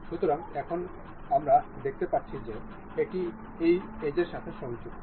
সুতরাং এখন আমরা দেখতে পাচ্ছি যে এটি এই এজের সাথে সংযুক্ত